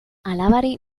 alabari